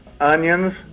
onions